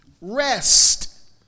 Rest